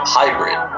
hybrid